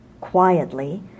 quietly